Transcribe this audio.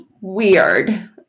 weird